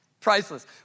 priceless